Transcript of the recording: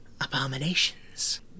abominations